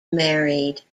married